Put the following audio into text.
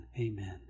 amen